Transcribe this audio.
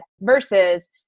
Versus